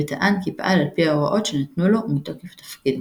וטען כי פעל על פי ההוראות שנתנו לו ומתוקף תפקידו.